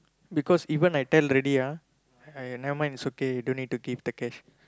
because even I tell already ah !aiya! never mind is okay don't need to give the cash